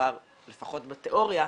לפחות בתיאוריה,